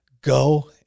go